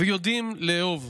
ויודעים לאהוב,